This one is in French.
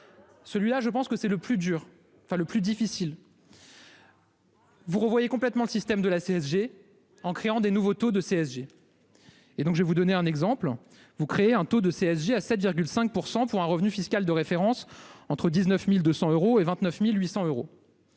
Celui-là je pense que c'est le plus dur, enfin le plus difficile. Vous revoyez complètement le système de la CSG en créant des nouveaux taux de CSG. Et donc je vais vous donner un exemple, vous créez un taux de CSG à 7,5% pour un revenu fiscal de référence entre 19.200 euros et 29.800 euros.